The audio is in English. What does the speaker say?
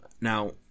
Now